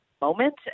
moment